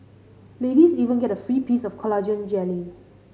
ladies even get a free piece of collagen jelly